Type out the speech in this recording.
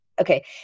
Okay